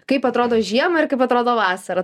kaip atrodo žiemą ir kaip atrodo vasarą